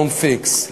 don't fix it.